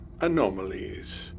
anomalies